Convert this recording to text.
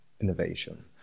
innovation